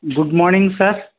good morning sir